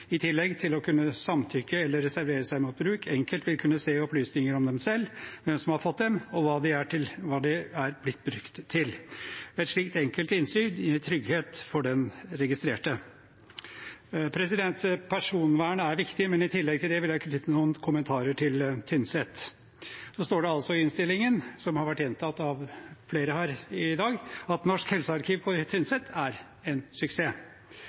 i tillegg til å kunne samtykke eller reservere seg mot bruk, enkelt vil kunne se opplysninger om seg selv, hvem som har fått dem, og hva de er blitt brukt til. Et slikt enkelte innsyn gir trygghet for den registrerte. Personvern er viktig, men i tillegg til det vil jeg knytte noen kommentarer til Tynset. Det står i innstillingen, og det har vært gjentatt av flere her i dag, at Norsk helsearkiv på Tynset er en suksess.